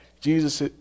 Jesus